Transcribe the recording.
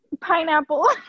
Pineapple